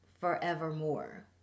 forevermore